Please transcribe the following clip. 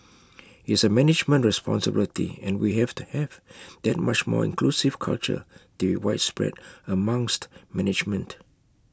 it's A management responsibility and we have to have that much more inclusive culture to be widespread amongst management